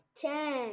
Ten